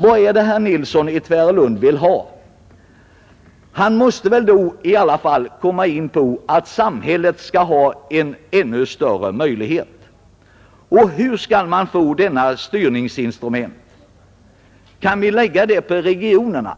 Vad är det herr Nilsson i Tvärålund vill ha? Han måste väl mena att samhället skall ha en ännu större möjlighet att styra? Hur skall man få ett sådant styrningsinstrument? Är det någonting vi kan lägga på regionerna?